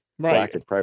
Right